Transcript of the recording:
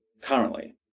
currently